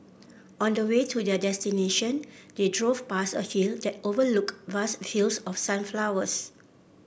on the way to their destination they drove past a few that overlooked vast fields of sunflowers